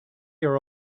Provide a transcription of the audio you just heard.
your